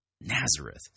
Nazareth